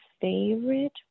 favorite